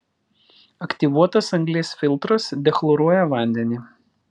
aktyvuotos anglies filtras dechloruoja vandenį